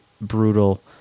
brutal